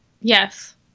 yes